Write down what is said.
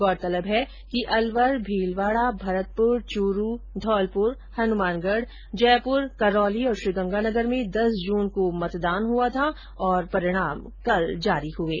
गौरतलब है कि अलवर भीलवाडा भरतपुर चूरू धौलपुर हनुमानगढ जयपुर करौली और श्रीगंगानगर में दस जून को मतदान हुआ था और परिणाम कल जारी हुए थे